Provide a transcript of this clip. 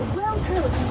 welcome